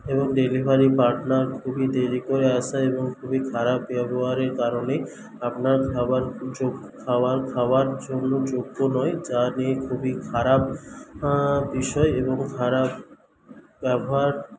এবং delivery partner খুবই দেরী করে আসায় এবং খুবই খারাপ ব্যবহারের কারণেই আপনার খাবার যোগ্য খাবার খাওয়ার জন্য যোগ্য নয় যা নিয়ে খুবই খারাপ বিষয় এবং খারাপ ব্যবহার